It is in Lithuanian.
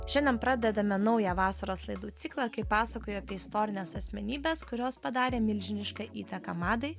šiandien pradedame naują vasaros laidų ciklą kaip pasakoja apie istorines asmenybes kurios padarė milžinišką įtaką madai